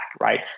right